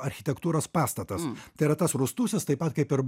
architektūros pastatas tai yra tas rūstusis taip pat kaip ir